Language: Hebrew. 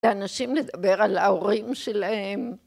לאנשים לדבר על ההורים שלהם.